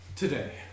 Today